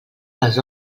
les